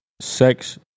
sex